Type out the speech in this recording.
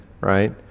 right